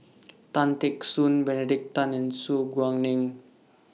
Tan Teck Soon Benedict Tan and Su Guaning